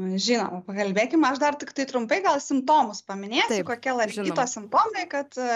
žinoma pakalbėkim aš dar tiktai trumpai gal simptomus paminėsiu kokie laringito simptomai kad